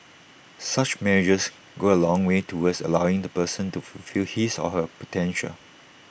such measures go A long way towards allowing the person to fulfil his or her potential